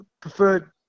preferred